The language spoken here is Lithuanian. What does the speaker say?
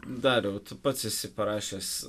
dariau tu pats esi parašęs